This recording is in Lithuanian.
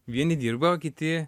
vieni dirba o kiti